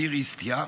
בדיר איסתיא,